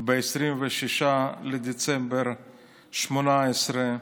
ב-26 בדצמבר 2018,